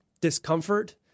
discomfort